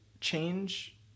change